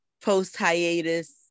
post-hiatus